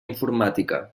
informàtica